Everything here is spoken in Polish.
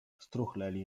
struchleli